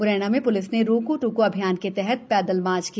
मुरैना में पुलिस ने रोको टोको अभियान के तहत पैदल मार्च किया